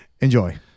Enjoy